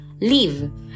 leave